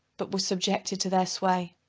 but was subjected to their sway.